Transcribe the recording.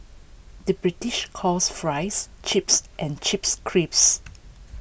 the British calls Fries Chips and Chips Crisps